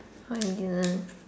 why you didn't